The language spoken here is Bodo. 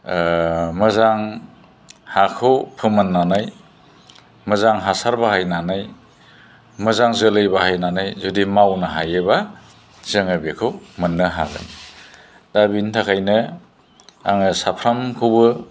मोजां हाखौ फोमोननानै मोजां हासार बाहायनानै मोजां जोलै बाहायनानै जुदि मावनो हायोब्ला जोङो बेखौ मोननो हागोन दा बिनि थाखायनो आङो साफ्रामखौबो